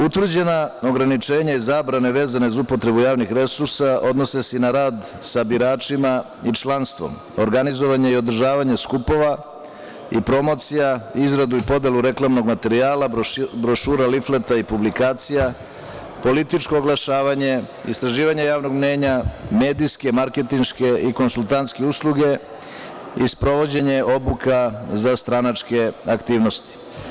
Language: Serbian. Utvrđenja ograničenja i zabrane vezane za upotrebu javnih resursa odnose se i na rad sa biračima i članstvom, održavanje i organizovanje skupova i promocija, izradu i podelu reklamnog materijala, brošura, lifleta i publikacija, političko oglašavanje, istraživanje javnog mnjenja, medijske, marketinške i konsultantske usluge i sprovođenje obuka za stranačke aktivnosti.